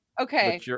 Okay